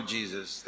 Jesus